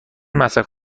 مصرف